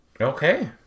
Okay